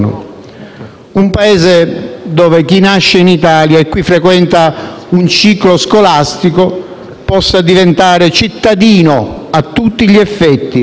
un Paese dove chi nasce in Italia e qui frequenta un ciclo scolastico possa diventare cittadino a tutti gli effetti,